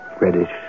reddish